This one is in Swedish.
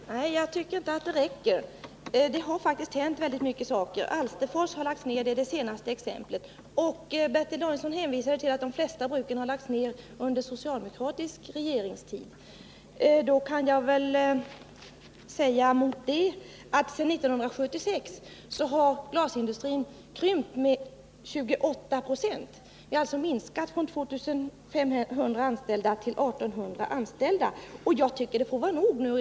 Fru talman! Nej, jag tycker inte att det räcker. Det har faktiskt hänt mycket under senare tid — det senaste exemplet är att Alsterfors har lagt ner sin verksamhet. Bertil Danielsson hänvisade till att de flesta bruken har lagts ner under socialdemokratisk regeringstid. Till detta vill jag säga att sedan 1976 har glasindustrin krympt med 28 26. Det är alltså fråga om en minskning från 2 500 till 1 800 anställda. Jag tycker att det får vara nog nu.